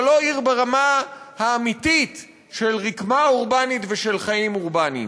אבל לא עיר ברמה האמיתית של רקמה אורבנית ושל חיים אורבניים.